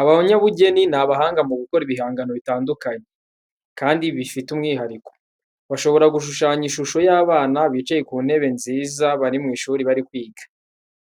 Abanyabugeni, ni abahanga mu gukora ibihangano bitandukanye, kandi bifite umwihariko. Bashobora gushushanya ishusho y'abana bicaye ku ntebe nziza bari mu ishuri bari kwiga,